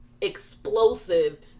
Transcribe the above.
explosive